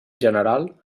general